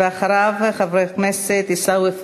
ואחריו, חבר הכנסת עיסאווי פריג'.